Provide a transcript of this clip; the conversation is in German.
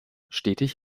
stetig